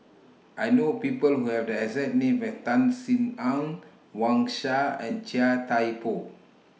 I know People Who Have The exact name as Tan Sin Aun Wang Sha and Chia Thye Poh